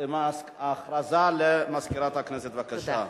הודעה למזכירת הכנסת, בבקשה.